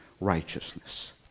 righteousness